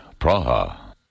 Praha